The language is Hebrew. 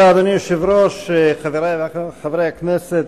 אדוני היושב-ראש, תודה, חברי חברי הכנסת,